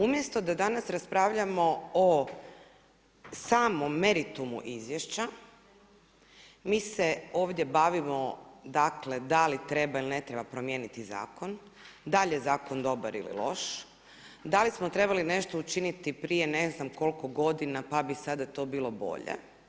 Umjesto da danas raspravljamo o samom meritumu izvješća mi se ovdje bavimo, dakle da li treba ili ne treba promijeniti zakon, da li je zakon dobar ili loš, da li smo trebali nešto učiniti prije ne znam koliko godina pa bi to sada bilo bolje.